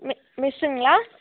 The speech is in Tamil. மிஸ்ஸுங்களா